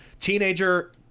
Teenager